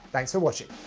thanks for watching.